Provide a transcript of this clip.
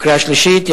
וקריאה שלישית.